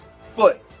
foot